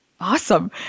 Awesome